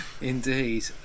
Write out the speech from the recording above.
indeed